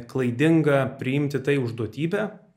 klaidinga priimti tai už duotįbę